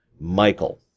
Michael